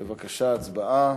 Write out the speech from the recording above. בבקשה, הצבעה.